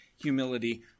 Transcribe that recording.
Humility